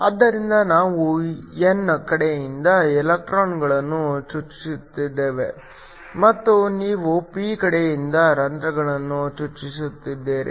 ಆದ್ದರಿಂದ ನಾವು n ಕಡೆಯಿಂದ ಎಲೆಕ್ಟ್ರಾನ್ಗಳನ್ನು ಚುಚ್ಚುತ್ತಿದ್ದೇವೆ ಮತ್ತು ನೀವು p ಕಡೆಯಿಂದ ಹೋಲ್ ಗಳನ್ನು ಚುಚ್ಚುತ್ತಿದ್ದೀರಿ